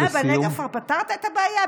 מה, בנגב כבר פתרת את הבעיה?